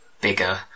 bigger